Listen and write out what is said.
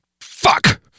Fuck